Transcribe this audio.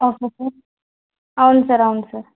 ఒకే sir అవును sir అవును sir